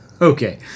okay